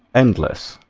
endless